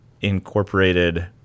incorporated